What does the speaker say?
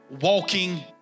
walking